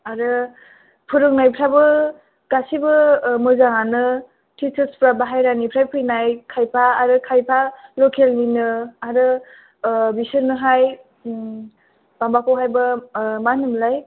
आरो फोरोंनायफ्राबो गासिबो मोजाङानो टिसार्स फ्रा बाहेरानिफ्राय फैनाय खायफा आरो खायफा लकेल निनो आरो बिसोरनोहाय माबाखौहायबो मा होनोमोनलाय